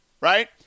right